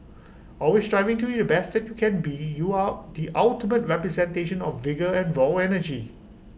always striving to be the best that you can be you are the ultimate representation of vigour and raw energy